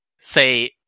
say